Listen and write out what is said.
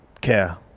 care